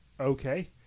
Okay